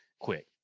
quick